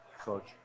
Coach